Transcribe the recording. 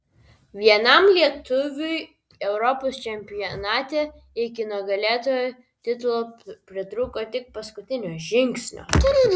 vienam lietuviui europos čempionate iki nugalėtojo titulo pritrūko tik paskutinio žingsnio